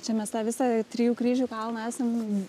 čia mes tą visą trijų kryžių kalną esam